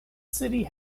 city